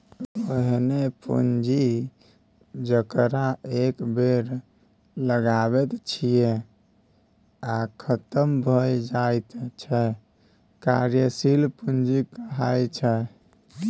ओहेन पुंजी जकरा एक बेर लगाबैत छियै आ खतम भए जाइत छै कार्यशील पूंजी कहाइ छै